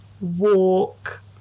walk